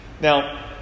Now